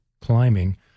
climbing